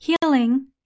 Healing